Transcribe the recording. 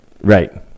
Right